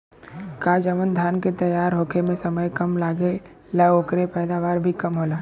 का जवन धान के तैयार होखे में समय कम लागेला ओकर पैदवार भी कम होला?